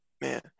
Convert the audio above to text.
Man